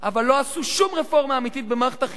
אבל לא עשו שום רפורמה אמיתית במערכת החינוך,